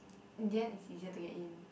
in the end is easier to get in